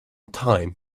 time